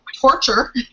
torture